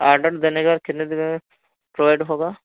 order देने के कितने दिन बाद प्रोवाइड होगा